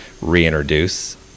reintroduce